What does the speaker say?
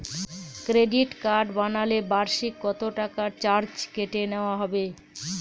Credit card বানালে বার্ষিক কত টাকা চার্জ কেটে নেওয়া হবে?